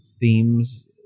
themes